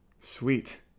Sweet